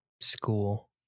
school